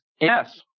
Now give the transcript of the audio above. Yes